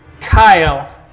Kyle